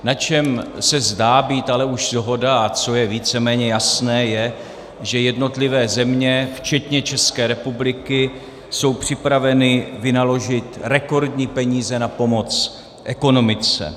Na čem se zdá být ale už shoda a co je víceméně jasné, je, že jednotlivé země včetně České republiky jsou připraveny vynaložit rekordní peníze na pomoc ekonomice.